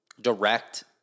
direct